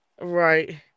right